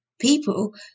people